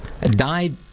died